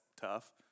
tough